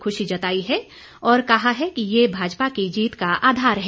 खुशी जताई है और कहा है कि ये भाजपा की जीत का आधार है